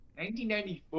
1994